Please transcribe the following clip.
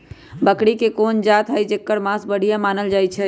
बकरी के कोन जात हई जेकर मास बढ़िया मानल जाई छई?